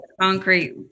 concrete